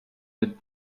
mit